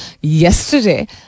yesterday